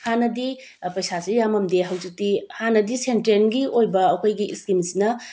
ꯍꯥꯟꯅꯗꯤ ꯄꯩꯁꯥꯁꯤ ꯌꯥꯝꯃꯝꯗꯦ ꯍꯧꯖꯤꯛꯇꯤ ꯍꯥꯟꯅꯗꯤ ꯁꯦꯟꯇ꯭ꯔꯦꯜꯒꯤ ꯑꯣꯏꯕ ꯑꯩꯈꯣꯏꯒꯤ ꯏꯁꯀꯤꯝꯁꯤꯅ